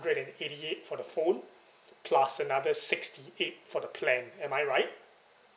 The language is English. ~dred and eighty eight for the phone plus another sixty eight for the plan am I right